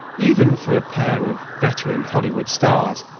even for a pair of veteran hollywood stars,